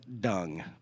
dung